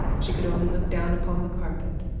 she could only look down upon the carpet,